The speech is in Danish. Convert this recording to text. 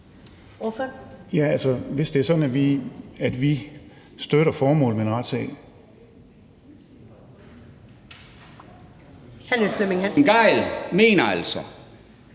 hvis det er sådan, at vi støtter formålet med en retssag.